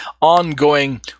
ongoing